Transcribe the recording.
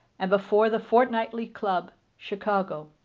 and before the fortnightly club, chicago,